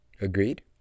Agreed